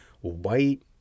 white